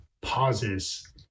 pauses